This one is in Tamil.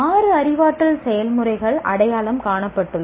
ஆறு அறிவாற்றல் செயல்முறைகள் அடையாளம் காணப்பட்டுள்ளன